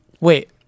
Wait